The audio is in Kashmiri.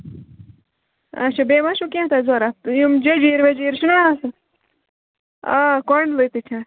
اَچھا بیٚیہِ ما چھُو کیٚنٛہہ تۄہہِ ضروٗرت یِم جٔجیٖرِ ویجیٖرِ چھُناہ آسان آ کۄنٛڈلہٕ تہِ چھےٚ